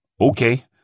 Okay